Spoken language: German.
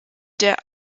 der